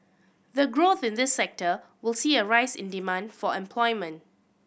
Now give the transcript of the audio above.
the growth in this sector will see a rise in demand for employment